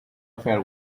affair